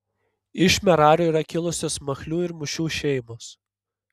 iš merario yra kilusios machlių ir mušių šeimos